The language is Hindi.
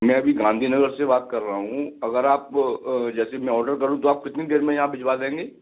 मैं अभी गांधीनगर से बात कर रहा हूँ अगर आप जैसे मैं औडर करूँ तो आप कितने देर में यहाँ भिजवा देंगी